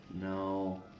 no